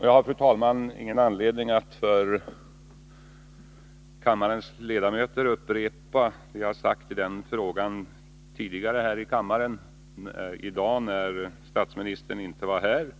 Jag har, fru talman, ingen anledning att för kammarens ledamöter upprepa vad jag sagt i den frågan här i kammaren tidigare i dag, då statsministern inte var närvarande.